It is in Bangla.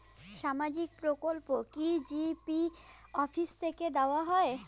সামাজিক প্রকল্প কি জি.পি অফিস থেকে দেওয়া হয়?